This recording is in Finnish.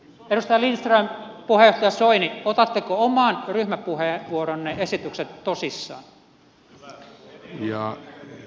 edustaja lindström puheenjohtaja soini otatteko oman ryhmäpuheenvuoronne esitykset tosissanne